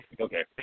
Okay